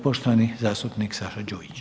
Poštovani zastupnik Saša Đujić.